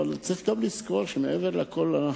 אבל צריך גם לזכור מעבר לכול: